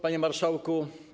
Panie Marszałku!